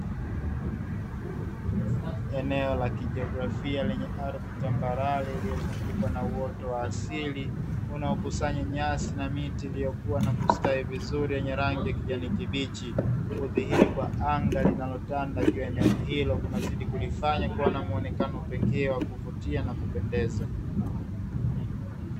Eneo la kijiografia lenye ardhi tambarare iliyozungukwa na uoto wa asili, unaokusanya nyasi, miti iliyokua na kustawi vizuri ikiwa na rangi ya kijani kibichi, kudhihiri kwa anga linalotanda eneo hilo kunazidi kulofanya kuwa na muonekano pekee wa kuvutia na kupendeza.